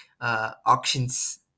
auctions